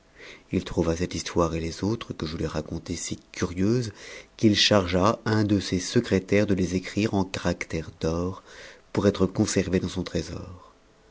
il trouva cette histoire et les autres que je lui racontai si curieuses qu'il chargea un de ses secrétaires de les écrire en caractères d'or pour être conservées dans son trésor